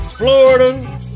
Florida